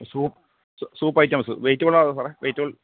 soup soup items vegetable ആണോ സാറേ vegetable